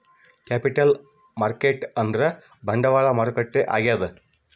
capital market ಅಂದ್ರ ಬಂಡವಾಳ ಮಾರುಕಟ್ಟೆ ಆಗ್ಯಾದ